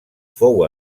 fou